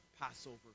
Passover